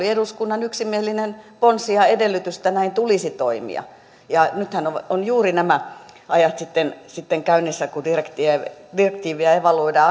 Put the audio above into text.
eduskunnan yksimielinen ponsi ja edellytys että näin tulisi toimia nythän ovat juuri nämä ajat sitten sitten käynnissä kun direktiiviä evaluoidaan